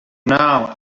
now